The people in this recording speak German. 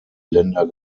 länder